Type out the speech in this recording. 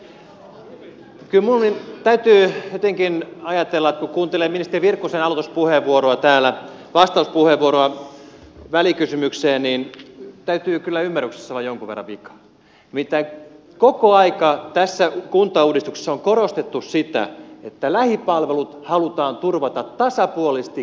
kyllä minun täytyy jotenkin ajatella että kun kuuntelee ministeri virkkusen aloituspuheenvuoroa täällä vastauspuheenvuoroa välikysymykseen niin täytyy kyllä ymmärryksessä olla jonkun verran vikaa nimittäin koko aika tässä kuntauudistuksessa on korostettu sitä että lähipalvelut halutaan turvata tasapuolisesti koko suomessa